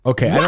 Okay